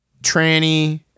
tranny